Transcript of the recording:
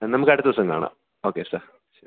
എന്നാൽ നമുക്കടുത്ത ദിവസം കാണാം ഓക്കേ സാർ ശരി